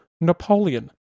Napoleon